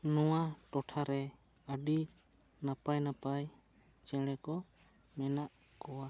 ᱱᱚᱣᱟ ᱴᱚᱴᱷᱟ ᱨᱮ ᱟᱹᱰᱤ ᱱᱟᱯᱟᱭ ᱱᱟᱯᱟᱭ ᱪᱮᱬᱮ ᱠᱚ ᱢᱮᱱᱟᱜ ᱠᱚᱣᱟ